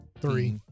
Three